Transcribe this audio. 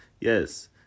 Yes